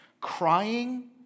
crying